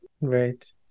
Right